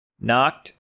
Knocked